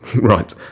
right